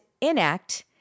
enact